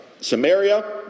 Samaria